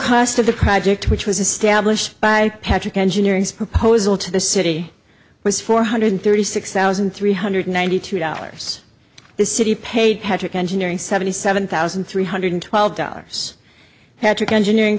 cost of the project which was established by patrick engineering's proposal to the city was four hundred thirty six thousand three hundred ninety two dollars the city paid patrick engineering seventy seven thousand three hundred twelve dollars had to engineering